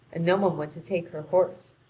and no one went to take her horse.